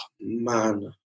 man